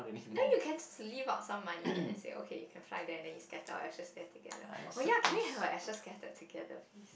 no you can sl~ leave out some money and the say okay you can fly there and then you scatter our ashes there together oh yeah can we have our ashes scattered together please